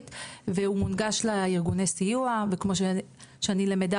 והוא מונגש לארגוני סיוע וכמו שאני למדה